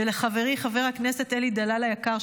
ולחברי חבר הכנסת אלי דלל היקר,